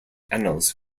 annals